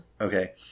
Okay